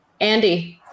Andy